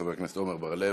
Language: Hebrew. חבר הכנסת עמר בר-לב,